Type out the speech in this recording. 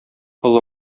олы